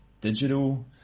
digital